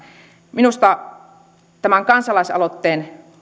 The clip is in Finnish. minusta tämän kansalaisaloitteen